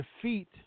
defeat